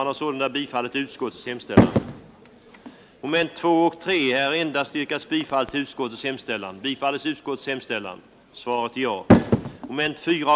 En förutsättning för övertagandet skall vara att det inte är obilligt mot arrendatorn att arrendeförhållandet upphör.